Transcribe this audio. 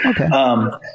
Okay